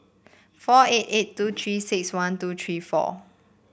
four eight eight two Three six one two three four